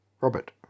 Robert